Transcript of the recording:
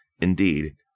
indeed